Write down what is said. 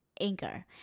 anchor